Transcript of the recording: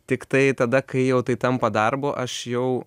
tiktai tada kai jau tai tampa darbu aš jau